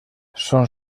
són